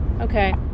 Okay